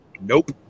Nope